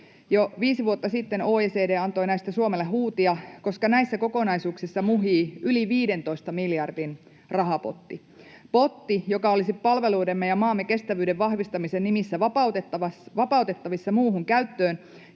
Jo viisi vuotta sitten OECD antoi näistä Suomelle huutia, koska näissä kokonaisuuksissa muhii yli 15 miljardin rahapotti — potti, joka olisi palveluidemme ja maamme kestävyyden vahvistamisen nimissä vapautettavissa muuhun käyttöön,